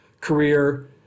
career